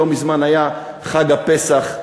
לא מזמן היה חג הפסח.